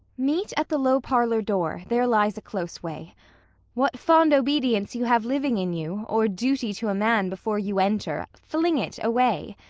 meet at the low parlour door, there lies a close way what fond obedience you have living in you, or duty to a man before you enter, fling it away,